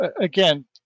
again